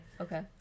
Okay